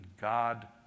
God